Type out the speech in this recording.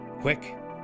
Quick